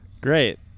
Great